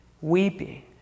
weeping